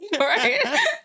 Right